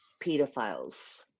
pedophiles